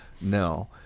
no